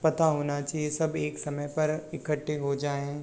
पता होना चाहिए सब एक समय पर इकट्ठे हो जाएँ